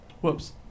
Whoops